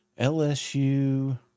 LSU